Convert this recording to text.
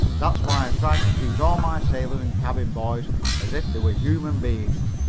that's why i try to treat all my sailors and cabin boys as if they were human beings.